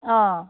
অঁ